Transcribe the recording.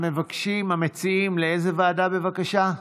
המבקשים, המציעים, לאיזו ועדה בבקשה?